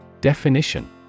Definition